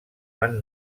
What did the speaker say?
van